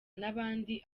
n’abandi